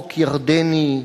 חוק ירדני,